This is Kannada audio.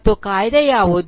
ಮತ್ತು ಕಾಯ್ದೆ ಯಾವುದು